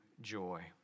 joy